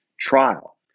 trial